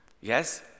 yes